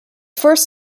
first